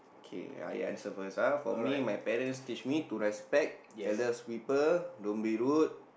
okay I answer first ah for me my parents teach me to respect elders sweeper don't be rude